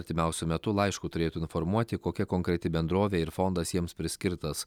artimiausiu metu laišku turėtų informuoti kokia konkreti bendrovė ir fondas jiems priskirtas